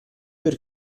per